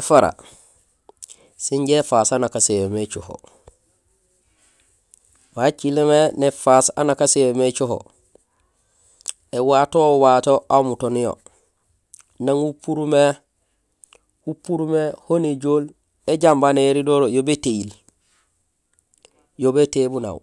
Ēfara sinja éfaas ha nak asin yo mé écoho. Wacilmé néfaas aan nak asén yo mé écoho, éwato wato aw umuto niyo, nang upuur mé on néjool, éjám bandéhéri dohoro yo bétéhil, yo bétéhil boon aw?.